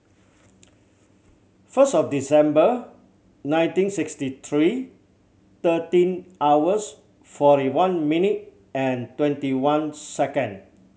first of December nineteen sixty three thirteen hours forty one minute and twenty one second